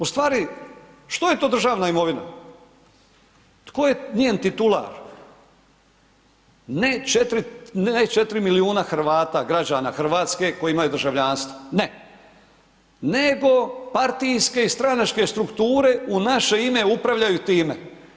U stvari što je to državna imovina, tko je njen titular, ne 4 milijuna Hrvata građana Hrvatske koji imaju državljanstvo, ne, nego partijske i stranačke strukture u naše ime upravljaju time.